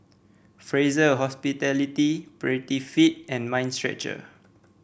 Fraser Hospitality Prettyfit and Mind Stretcher